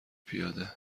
پیاده